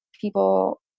people